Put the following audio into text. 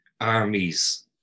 armies